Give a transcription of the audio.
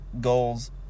goals